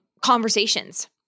conversations